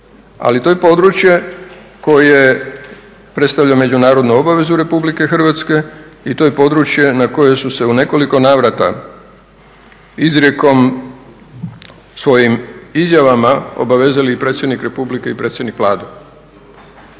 Ali to je područje koje predstavlja međunarodnu obavezu Republike Hrvatske i to je područje na koje su se u nekoliko navrata izrijekom svojim izjavama obavezali i predsjednik Republike i predsjednik Vlade